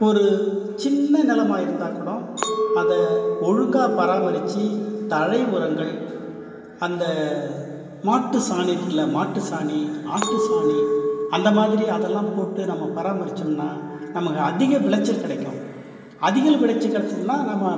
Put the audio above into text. ஓரு சின்ன நிலமா இருந்தால் கூட அதை ஒழுங்காக பராமரித்து தழை உரங்கள் அந்த மாட்டு சாணி இருக்கில மாட்டு சாணி ஆட்டு சாணி அந்த மாதிரி அதெலாம் போட்டு நம்ம பராமரித்தோம்ன்னா நமக்கு அதிக விளைச்சல் கிடைக்கும் அதிக விளைச்சல் கிடச்சிதுன்னா நம்ம